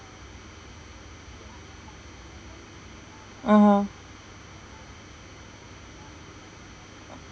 (uh huh)